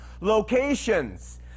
locations